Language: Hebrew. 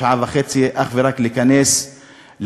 שעה וחצי אך ורק כדי להיכנס לאל-עיסאוויה.